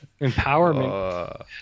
Empowerment